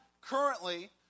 currently